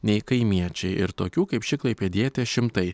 nei kaimiečiai ir tokių kaip ši klaipėdietė šimtai